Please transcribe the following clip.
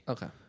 Okay